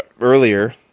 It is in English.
Earlier